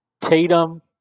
Tatum